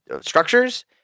structures